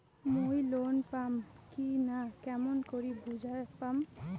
মুই লোন পাম কি না কেমন করি বুঝা পাম?